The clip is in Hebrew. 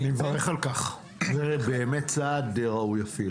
אני מברך על כך זה צעד ראוי.